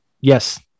Yes